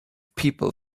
people